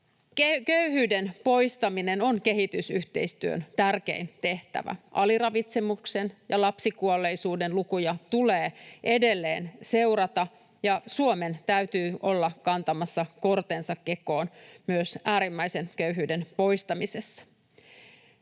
Köyhyyden poistaminen on kehitysyhteistyön tärkein tehtävä. Aliravitsemuksen ja lapsikuolleisuuden lukuja tulee edelleen seurata, ja Suomen täytyy olla kantamassa kortensa kekoon myös äärimmäisen köyhyyden poistamisessa.